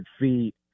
feet